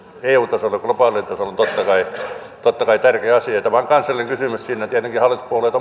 eu tasolla globaalilla tasolla on totta kai tärkeä asia tämä on kansallinen kysymys siinä tietenkin hallituspuolueet